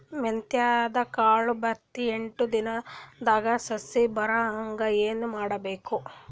ಮೆಂತ್ಯದ ಕಾಳು ಬಿತ್ತಿ ಎಂಟು ದಿನದಾಗ ಸಸಿ ಬರಹಂಗ ಏನ ಮಾಡಬೇಕು?